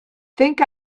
think